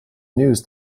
news